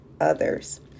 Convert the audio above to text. others